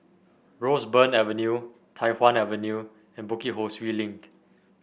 Roseburn Avenue Tai Hwan Avenue and Bukit Ho Swee Link